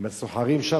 עם הסוחרים שם.